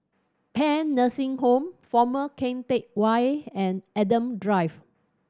Paean Nursing Home Former Keng Teck Whay and Adam Drive